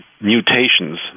mutations